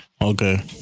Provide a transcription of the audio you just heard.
okay